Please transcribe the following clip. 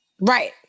Right